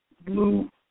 Blue